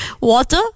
water